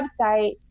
website